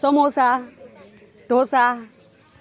samosa dosa